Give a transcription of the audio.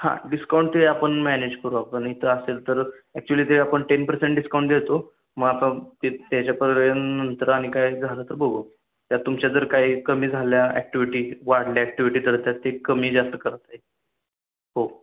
हां डिस्काउंटही आपण मॅनेज करू आपण इथं असेल तर ॲक्च्युली ते आपण टेन पर्सेंट डिस्काउंट देतो मग आता त्याच्यापर्यंत नंतर आणि काय झालं तर बघू आपण त्यात तुमच्या जर काही कमी झाल्या ॲक्टिव्हिटी वाढल्या ॲक्टिव्हिटी तर त्यात ते कमी जास्त करता येईल हो